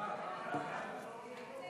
ההצעה להעביר